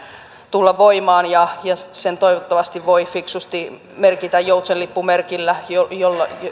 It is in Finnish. tulla voimaan ja sen toivottavasti voi fiksusti merkitä joutsenlippumerkillä jota